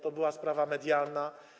To była sprawa medialna.